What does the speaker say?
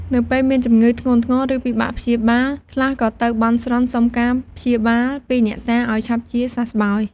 នៅពេលមានជំងឺធ្ងន់ធ្ងរ ឬពិបាកព្យាបាល ខ្លះក៏ទៅបន់ស្រន់សុំការព្យាបាល ពីអ្នកតាឱ្យឆាប់ជាសះស្បើយ។